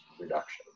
reduction